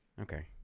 Okay